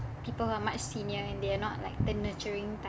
people who are much senior and they are not like the nurturing type